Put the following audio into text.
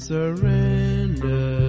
surrender